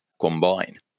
combine